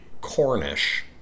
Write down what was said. Cornish